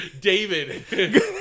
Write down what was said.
David